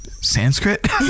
Sanskrit